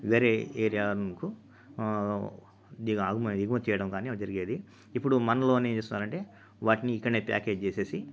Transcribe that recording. వేరే ఏరియా అనుకో దిగాగు ఎగుమతి చేయడం కాని జరిగేది ఇప్పుడు మనలోని ఏం చేస్తున్నారంటే వాటిని ఇక్కడనే ప్యాకేజ్ చేసేసి